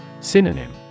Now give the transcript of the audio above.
Synonym